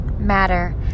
matter